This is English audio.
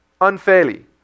Unfairly